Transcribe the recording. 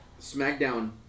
SmackDown